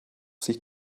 sich